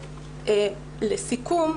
לסיכום,